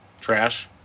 Trash